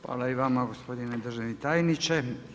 Hvala i vama gospodine državni tajniče.